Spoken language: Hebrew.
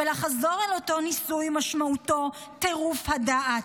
ולחזור על אותו ניסוי משמעותו טירוף הדעת.